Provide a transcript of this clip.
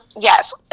Yes